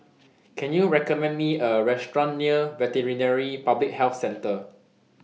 Can YOU recommend Me A Restaurant near Veterinary Public Health Centre